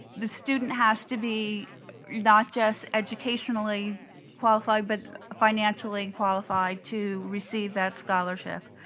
the student has to be not just educationally qualified, but financially qualified to receive that scholarship.